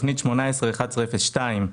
תכנית 18-11-02,